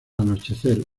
anochecer